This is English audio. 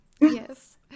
yes